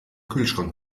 kühlschrank